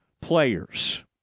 players